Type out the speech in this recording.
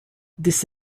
this